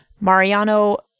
Mariano